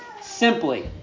Simply